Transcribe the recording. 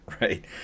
right